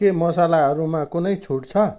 के मसलाहरूमा कुनै छुट छ